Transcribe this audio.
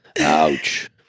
Ouch